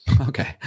Okay